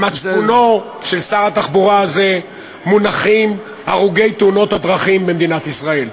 על מצפונו של שר התחבורה הזה מונחים הרוגי תאונות הדרכים במדינת ישראל.